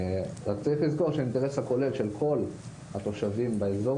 רק צריך לזכור שהאינטרס הכולל של כל התושבים באזור